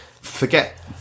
Forget